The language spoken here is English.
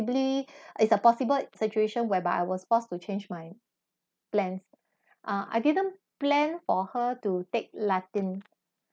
is a possible situation whereby I was forced to change my plans uh I didn't plan for her to take latin